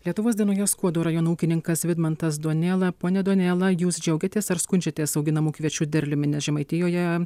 lietuvos dienoje skuodo rajono ūkininkas vidmantas duonėla pone duonėla jūs džiaugiatės ar skundžiatės auginamų kviečių derliumi nes žemaitijoje